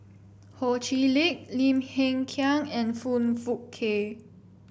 Ho Chee Lick Lim Hng Kiang and Foong Fook Kay